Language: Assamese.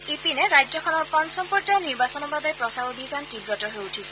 ইপিনে ৰাজ্যখনৰ পঞ্চম পৰ্য্যায়ৰ নিৰ্বাচনৰ বাবে প্ৰচাৰ অভিযান তীৱতৰ হৈ উঠিছে